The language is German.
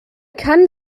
kann